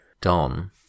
Don